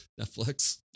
Netflix